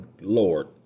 Lord